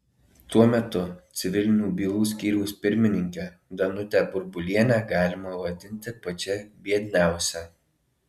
tuo metu civilinių bylų skyriaus pirmininkę danutę burbulienę galime vadinti pačia biedniausia